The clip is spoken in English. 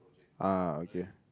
ah okay